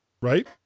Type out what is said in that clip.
Right